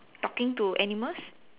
talking to animals